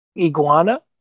Iguana